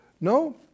No